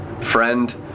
friend